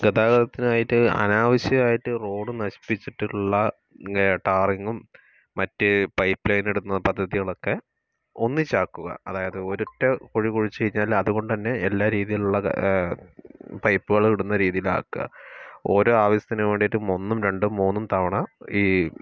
ഗതാഗതത്തിനായിട്ട് അനാവശ്യായിട്ട് റോഡ് നശിപ്പിച്ചിട്ടുള്ള ടാറിങ്ങും മറ്റ് പൈപ്പ്ലൈൻ ഇടുന്ന പദ്ധതികളൊക്കെ ഒന്നിച്ചാക്കുക അതായത് ഒരൊറ്റ കുഴി കുഴിച്ചുകഴിഞ്ഞാൽ അതുകൊണ്ടുതന്നെ എല്ലാ രീതിയിലുള്ള ക പൈപ്പുകളും ഇടുന്ന രീതിയിലാക്കുക ഓരോ ആവശ്യത്തിനുവേണ്ടിയിട്ട് ഒന്നും രണ്ടും മൂന്നും തവണ ഈ